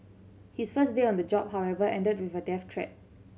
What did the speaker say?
his first day on the job however ended with a death threat